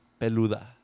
Peluda